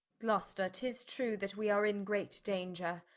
gloster, tis true that we are in great danger,